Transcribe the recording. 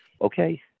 okay